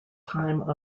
time